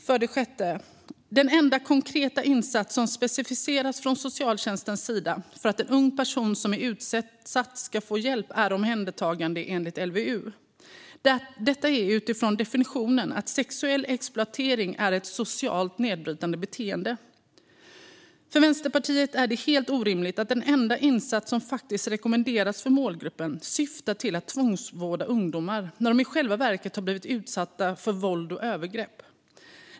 För det sjätte är den enda konkreta insats som specificeras från socialtjänstens sida för att en ung person som är utsatt ska få hjälp omhändertagande enligt LVU. Detta är utifrån definitionen att sexuell exploatering är ett "socialt nedbrytande beteende". För Vänsterpartiet är det helt orimligt att den enda insats som rekommenderas för målgruppen syftar till att tvångsvårda ungdomarna när de i själva verket har blivit utsatta för våld och övergrepp.